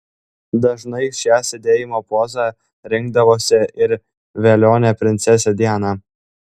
dažnai šią sėdėjimo pozą rinkdavosi ir velionė princesė diana